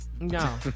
No